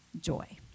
joy